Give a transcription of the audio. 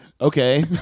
Okay